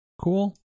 cool